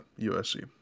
USC